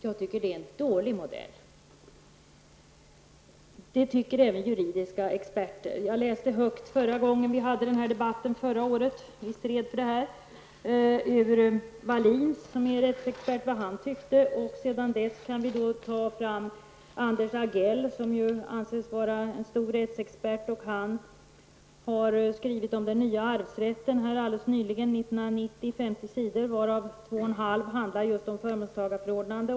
Jag tycker att det är en dålig modell. Det tycker även juridiska experter. Jag läste högt förra året när vi hade denna debatt vad rättsexperten Wallin tycker. Anders Agell anses vara en stor rättsexpert. Han har skrivit om den nya arvsrätten alldeles nyligen, i Svensk Juristtidning nr 1 1990, på 50 sidor, varav 2 1/2 handlar just om förmånstagarförordnande.